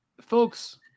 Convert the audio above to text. folks